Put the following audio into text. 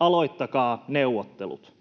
aloittakaa neuvottelut.